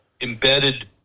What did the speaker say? embedded